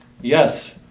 Yes